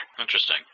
Interesting